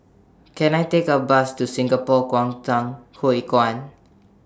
Can I Take A Bus to Singapore Kwangtung Hui Kuan